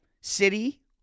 city